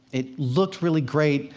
it looked really great,